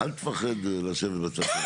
שהן היום פחות שוכרות,